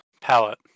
Palette